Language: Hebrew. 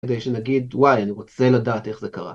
כדי שנגיד, וואי, אני רוצה לדעת איך זה קרה.